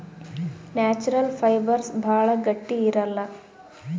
natural fibres ಭಾಳ ಗಟ್ಟಿ ಇರಲ್ಲ